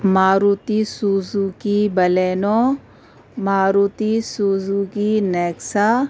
Maruti Suzuki Baleno Maruti Suzuki Nexa